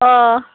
अ